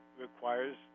requires